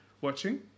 watching